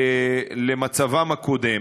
למצבם הקודם.